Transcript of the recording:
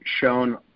shown